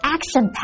Action